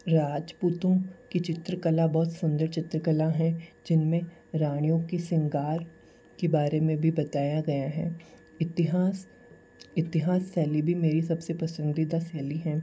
राजपूतों की चित्रकला बहुत सुंदर चित्रकला है जिनमें रानियों की श्रंगार के बारे में भी बताया गया है इतिहास इतिहास शैली भी मेरी सबसे पसंदीदा शैली है